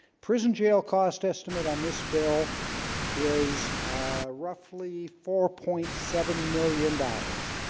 prison jail cost estimate on this bill is roughly four point seven million dollars